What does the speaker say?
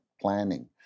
planning